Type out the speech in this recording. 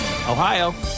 Ohio